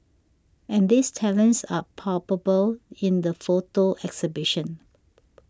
and these talents are palpable in the photo exhibition